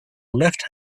left